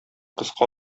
кыска